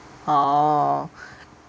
orh